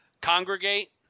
Congregate